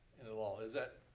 and it'll all, is that,